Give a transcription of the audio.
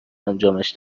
انجامش